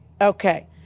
Okay